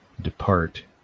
depart